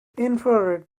infrared